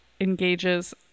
engages